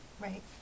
right